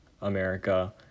America